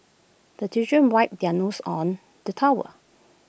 the children wipe their noses on the towel